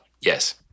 Yes